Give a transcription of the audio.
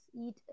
eat